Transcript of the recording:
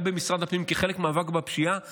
במשרד הפנים כחלק מהמאבק בפשיעה בוטל.